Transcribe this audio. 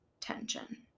tension